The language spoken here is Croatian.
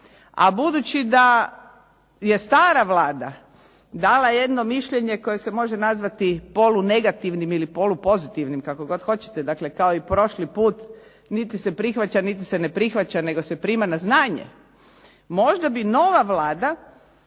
A budući da je stara Vlada dala jedno mišljenje koje se može nazvati polunegativnim ili polupozitivnim kako god hoćete, dakle kao i prošli put, niti se prihvaća, niti se ne prihvaća, nego se prima na znanje, možda bi nova Vlada